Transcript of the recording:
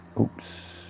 Oops